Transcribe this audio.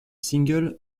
single